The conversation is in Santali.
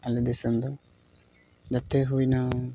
ᱟᱞᱮ ᱫᱤᱥᱚᱢ ᱫᱚ ᱱᱚᱛᱮ ᱦᱩᱭᱱᱟ